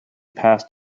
passed